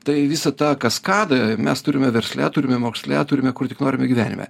tai visą tą kaskadą mes turime versle turime moksle turime kur tik norime gyvenime